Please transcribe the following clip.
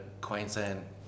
Queensland